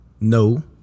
no